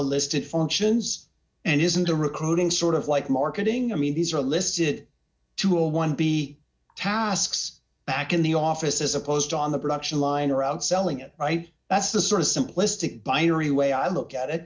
listed functions and isn't a recruiting sort of like marketing i mean these are listed to a one b tasks back in the office as opposed to on the production line around selling it right that's the sort of simplistic binary way i look at it